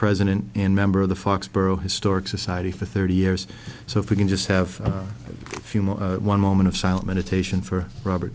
president and member of the foxboro historic society for thirty years so if we can just have a few more one moment of silent meditation for robert